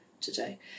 today